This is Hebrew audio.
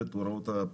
זה רעיון מצוין,